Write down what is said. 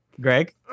greg